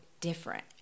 different